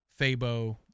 Fabo